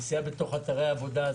נסיעה בתוך אתרי עבודה,